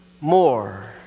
more